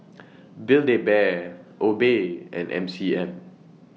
Build A Bear Obey and M C M